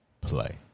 play